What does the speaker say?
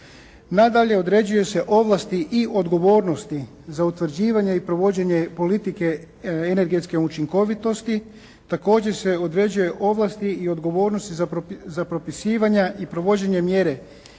Nadalje, određuju se ovlasti i odgovornosti za utvrđivanje i provođenje politike energetske učinkovitosti. Također se određuju ovlasti i odgovornosti za propisivanja i provođenje mjere